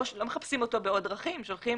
לא מחפשים אותו בעוד דרכים אלא שולחים